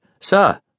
Sir